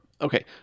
Okay